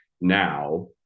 now